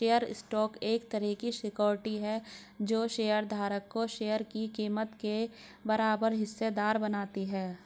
share stock एक तरह की सिक्योरिटी है जो शेयर धारक को शेयर की कीमत के बराबर हिस्सेदार बनाती है